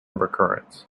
recurrence